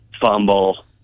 fumble